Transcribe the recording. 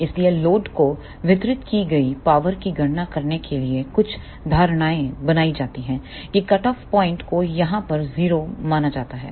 इसलिएलोड को वितरित की गई पावर की गणना करने के लिए कुछ धारणाएं बनाई जाती हैं कि कटऑफ पॉइंट को यहां पर 0 माना जाता है